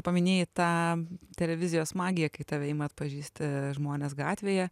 paminėjai tą televizijos magiją kai tave atpažįsta žmonės gatvėje